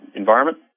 environment